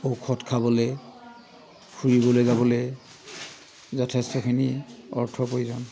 ঔষধ খাবলৈ ফুৰিবলৈ যাবলৈ যথেষ্টখিনি অৰ্থৰ প্ৰয়োজন